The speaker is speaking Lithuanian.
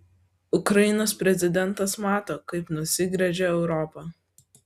ukrainos prezidentas mato kaip nusigręžia europa